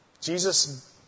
Jesus